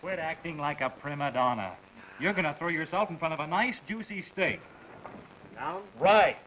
quit acting like a prima donna you're going to throw yourself in front of a nice juicy stay right